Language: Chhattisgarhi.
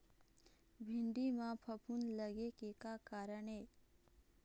भिंडी म फफूंद लगे के का कारण ये?